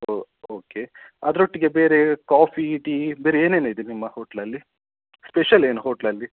ಓಹ್ okay ಅದರೊಟ್ಟಿಗೆ ಬೇರೆ coffee tea ಬೇರೆ ಏನೇನಿದೆ ನಿಮ್ಮ ಹೋಟ್ಲಲ್ಲಿ ಸ್ಪೆಷಲ್ ಏನು ಹೋಟ್ಲಲ್ಲಿ